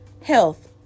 health